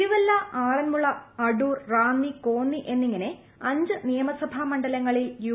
തിരുവല്ല ആറന്മുള അടൂർ റാന്നി കോന്നി എന്നിങ്ങനെ അഞ്ച് നിയമസഭാ മണ്ഡലങ്ങളിൽ യു